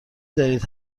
دانید